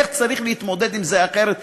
איך צריך להתמודד עם זה אחרת,